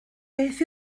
beth